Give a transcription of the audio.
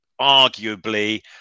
arguably